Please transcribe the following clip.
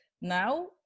now